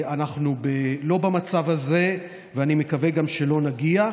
אנחנו לא במצב הזה, ואני מקווה שגם לא נגיע.